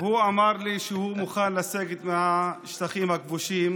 הוא אמר לי שהוא מוכן לסגת מהשטחים הכבושים